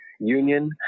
union